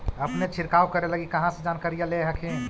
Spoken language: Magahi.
अपने छीरकाऔ करे लगी कहा से जानकारीया ले हखिन?